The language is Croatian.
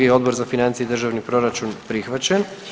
1. je Odbor za financije i državni proračun, on je prihvaćen.